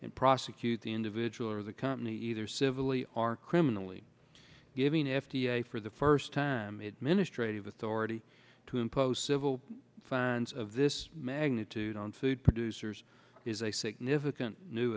and prosecute the individual or the company either civilly are criminally giving f d a for the first time it ministry of authority to impose civil fines of this magnitude on food producers is a significant new